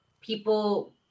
people